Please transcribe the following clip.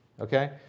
Okay